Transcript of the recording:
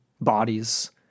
bodies